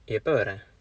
எப்ப வர:eppa vara